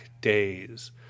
days